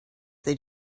they